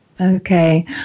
Okay